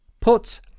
put